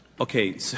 Okay